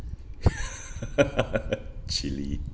chilli